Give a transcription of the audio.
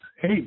hey